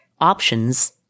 options